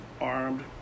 armed